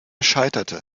scheiterte